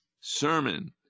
sermon